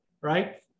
right